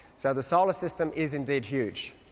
so the solar system is indeed huge.